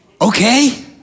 Okay